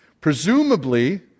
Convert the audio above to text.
Presumably